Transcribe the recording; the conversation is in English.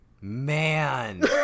man